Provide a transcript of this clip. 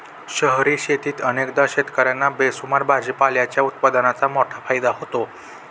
शहरी शेतीत अनेकदा शेतकर्यांना बेसुमार भाजीपाल्याच्या उत्पादनाचा मोठा फायदा होतो